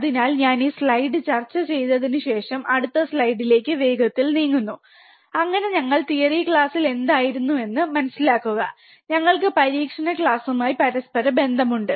അതിനാൽ ഞാൻ ഈ സ്ലൈഡ് ചർച്ച ചെയ്തതിനുശേഷം അടുത്ത സ്ലൈഡിലേക്ക് വേഗത്തിൽ നീങ്ങുന്നു അങ്ങനെ ഞങ്ങൾ തിയറി ക്ലാസ് എന്തായിരുന്നുവെന്ന് മനസിലാക്കുക ഞങ്ങൾക്ക് പരീക്ഷണ ക്ലാസുമായി പരസ്പര ബന്ധമുണ്ട്